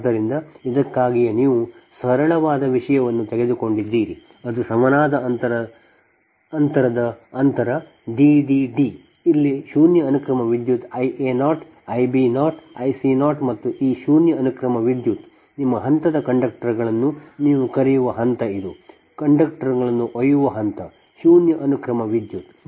ಆದ್ದರಿಂದ ಇದಕ್ಕಾಗಿಯೇ ನೀವು ಸರಳವಾದ ವಿಷಯವನ್ನು ತೆಗೆದುಕೊಂಡಿದ್ದೀರಿ ಅದು ಸಮನಾದ ಅಂತರದ ಅಂತರ D D D ಇಲ್ಲಿ ಶೂನ್ಯ ಅನುಕ್ರಮ ವಿದ್ಯುತ್ I a0 I b0 I c0 ಮತ್ತು ಈ ಶೂನ್ಯ ಅನುಕ್ರಮ ವಿದ್ಯುತ್ ನಿಮ್ಮ ಹಂತದ ಕಂಡಕ್ಟರ್ಗಳನ್ನು ನೀವು ಕರೆಯುವ ಹಂತ ಇದು ಕಂಡಕ್ಟರ್ಗಳನ್ನು ಒಯ್ಯುವ ಹಂತ ಶೂನ್ಯ ಅನುಕ್ರಮ ವಿದ್ಯುತ್